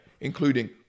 including